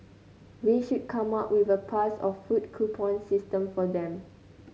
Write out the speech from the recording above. we should come up with a pass or food coupon system for them